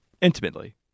Intimately